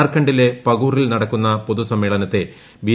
ജാർഖണ്ഡിലെ പകൂറിൽ നടക്കുന്ന പൊതുസമ്മേളനത്തെ ബി